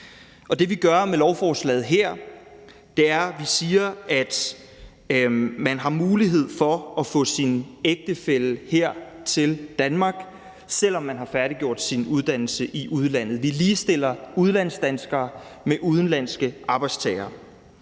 det, vi gør med lovforslaget her, er, at vi siger, at man har mulighed for at få sin ægtefælle her til Danmark, selv om man har færdiggjort sin uddannelse i udlandet, og vi ligestiller udlandsdanskere med udenlandske arbejdstagere.